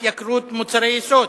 בנושא: התייקרות מוצרי יסוד.